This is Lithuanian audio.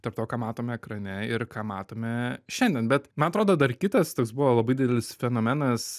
tarp to ką matom ekrane ir ką matome šiandien bet man atrodo dar kitas toks buvo labai didelis fenomenas